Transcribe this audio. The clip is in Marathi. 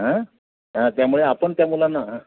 अं हं त्यामुळे आपण त्या मुलांना